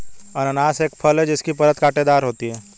अनन्नास एक फल है जिसकी परत कांटेदार होती है